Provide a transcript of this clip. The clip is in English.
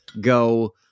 go